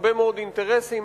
הרבה מאוד אינטרסים,